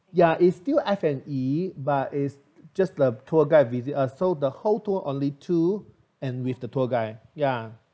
ya is still F and E but is just the tour guide visit us so the whole tour only two and with the tour guide ya